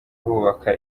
bubaka